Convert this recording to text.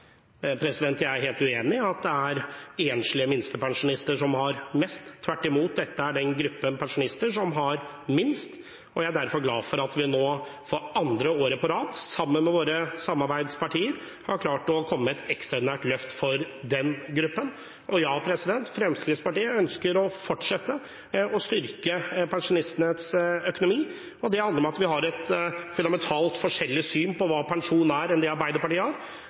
er enslige minstepensjonister som har mest. Tvert imot, dette er den gruppen pensjonister som har minst. Jeg er derfor glad for at vi nå for andre året på rad sammen med våre samarbeidspartier har klart å komme med et ekstraordinært løft for den gruppen. Ja, Fremskrittspartiet ønsker å fortsette å styrke pensjonistenes økonomi. Det handler om at vi har et fundamentalt annet syn på hva pensjon er, enn det Arbeiderpartiet har.